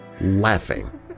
laughing